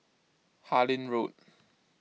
Harlyn Road